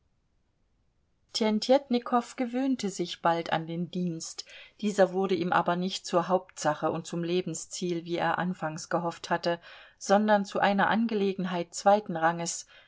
tjentjetnikow gewöhnte sich bald an den dienst dieser wurde ihm aber nicht zur hauptsache und zum lebensziel wie er anfangs gehofft hatte sondern zu einer angelegenheit zweiten ranges